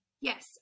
Yes